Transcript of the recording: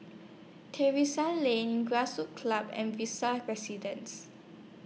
Terrasse Lane Grassroots Club and Visa Residences